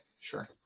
sure